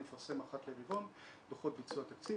מפרסם אחת לרבעון דוחות ביצוע תקציב,